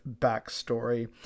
backstory